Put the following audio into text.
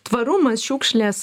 tvarumas šiukšlės